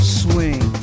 swing